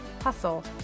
hustle